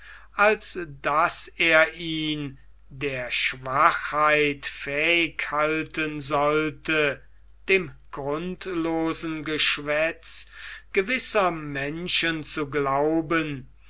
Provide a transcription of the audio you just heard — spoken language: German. als daß er ihn der schwachheit fähig halten sollte dem grundlosen geschwätz gewisser menschen zu glauben